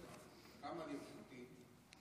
כמה לרשותי?